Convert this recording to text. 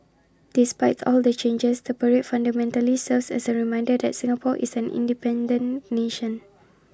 despite all the changes the parade fundamentally serves as A reminder that Singapore is an independent nation